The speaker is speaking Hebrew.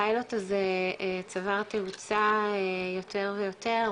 הפיילוט הזה צבר תאוצה יותר ויותר,